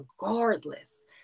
regardless